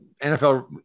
nfl